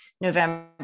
November